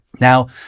Now